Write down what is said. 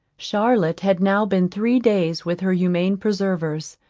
charlotte had now been three days with her humane preservers,